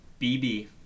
BB